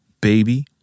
Baby